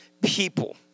people